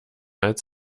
als